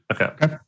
Okay